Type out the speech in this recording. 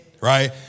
right